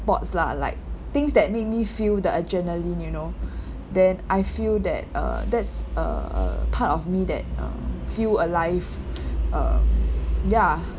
sports lah like things that made me feel the adrenaline you know then I feel that uh that's a a part of me that um feel alive um ya